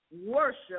worship